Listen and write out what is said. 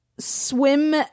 Swim